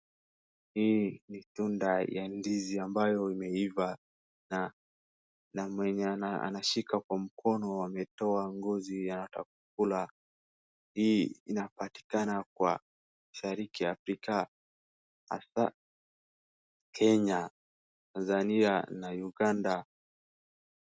Hii ni tunda ya ndizi ambayo imeiva na mwenye anashika kwa mkono ametoa ngozi anataka kukula. Hii inapatikana kwa Mashariki Afrika hasa Kenya, Tanzania na Uganda.